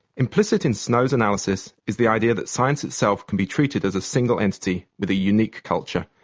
implicit in snow's analysis is the idea that science itself can be treated as a single entity with a unique culture.